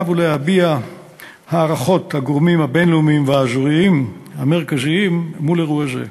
ולהביע הערכות הגורמים הבין-לאומיים והאזורים המרכזיים מול אירוע זה.